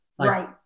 Right